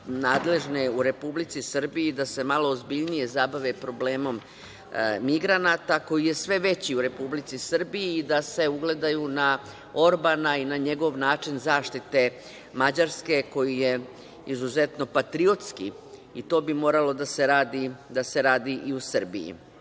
nadležne u Republici Srbiji da se malo ozbiljnije zabave problemom migranata, koji je sve veći u Republici Srbiji i da se ugledaju na Orbana i na njegov način zaštite Mađarske koji je izuzetno patriotski i to bi moralo da se radi i u Srbiji.Zašto